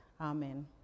amen